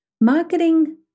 Marketing